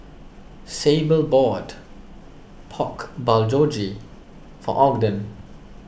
Sable bought Pork Bulgogi for Ogden